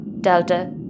Delta